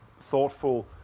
thoughtful